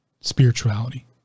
spirituality